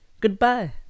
goodbye